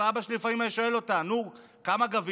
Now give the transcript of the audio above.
אבא שלי לפעמים היה שואל אותה: נו, כמה גבית?